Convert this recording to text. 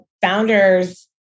founders